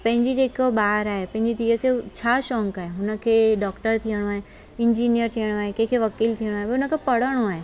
पंहिंजी जेको ॿार आहे पंहिंजी धीअ खे छा शौंक़ु आहे उनखे डॉक्टर थियणो आहे इंजीनिअर थियणो आहे कंहिंखे वकील थियणो आहे उनखे पढ़णो आहे